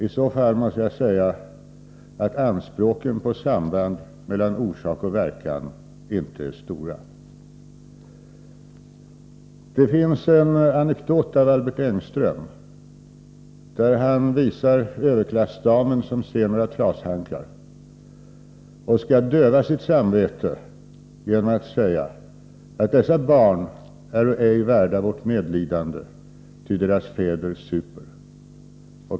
I så fall måste jag säga att anspråken på samband mellan orsak och verkan inte är stora. Det finns en anekdot av Albert Engström där han visar på överklassdamen som ser några trashankar. Hon dövar sitt samvete genom att säga: Dessa barn äro ej värda vårt medlidande, ty deras fäder super.